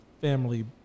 family